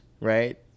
right